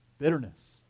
bitterness